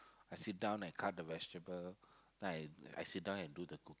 I sit down I cut the vegetable then I then I sit down and do the cook~